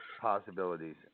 possibilities